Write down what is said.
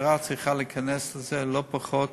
המשטרה צריכה להיכנס לזה לא פחות